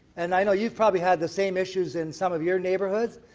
and i know you've probably had the same issues in some of your neighborhoods.